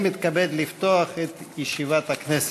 ביולי 2014. אני מתכבד לפתוח את ישיבת הכנסת.